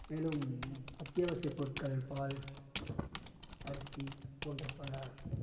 மேலும் அத்தியாவசிய பொருட்கள் பால் அரிசி போன்ற பல